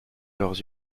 leurs